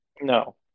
No